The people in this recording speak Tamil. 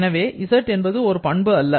எனவே z ஒரு பண்பு அல்ல